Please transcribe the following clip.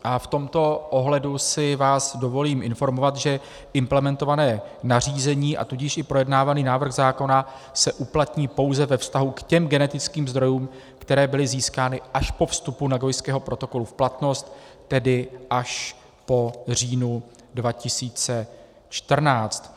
V tomto ohledu si vás dovolím informovat, že implementované nařízení, a tudíž i projednávaný návrh zákona se uplatní pouze ve vztahu k těm genetickým zdrojům, které byly získány až po vstupu Nagojského protokolu v platnost, tedy až po říjnu 2014.